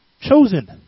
chosen